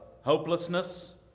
hopelessness